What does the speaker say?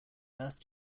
earth